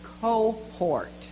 cohort